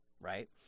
right